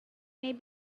may